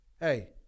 hey